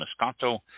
Moscato